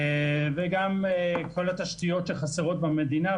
וגם כל התשתיות שחסרות במדינה,